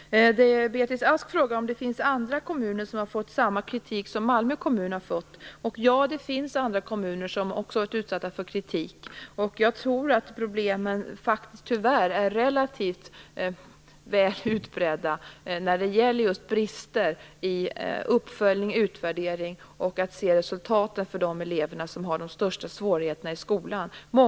Beatrice Ask frågar om det finns andra kommuner som har fått samma kritik som Malmö kommun. Ja, det finns också andra kommuner som har varit utsatta för kritik, och jag tror tyvärr att problemen vad gäller brister i just uppföljning och utvärderingar och att få resultat för de elever som har de största svårigheterna i skolan är relativt utbredda.